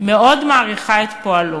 מאוד מעריכה את פועלו,